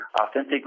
authentic